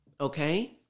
okay